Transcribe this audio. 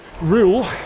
rule